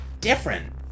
different